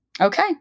Okay